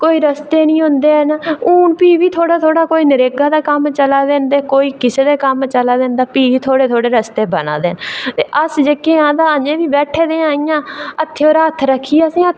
कोई रस्ते निं होंदे न हून भी बी थोह्ड़ा थोह्ड़ा नरेगा दे कम्म चला दे न कोई किसै दे कम्म चला दे न भी थोह्ड़े थोह्ड़े रस्ते बना दे ते अस जेह्के आं तां अस अजें बी बैठे दे आं इंया हत्थे र हत्थ रक्खियै